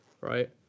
right